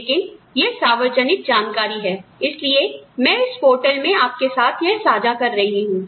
लेकिन यह सार्वजनिक जानकारी है इसलिए मैं इस पोर्टल में आपके साथ यह साझा कर रही हूं